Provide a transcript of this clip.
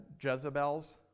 Jezebel's